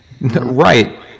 Right